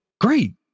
Great